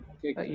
Okay